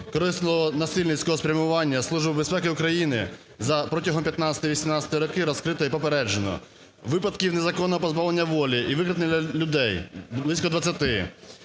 корисливо-насильницького спрямування Служби безпеки України за протягом 15-18-і роки розкрито і попереджено: випадків незаконного позбавлення волі і викрадення людей – близько 20,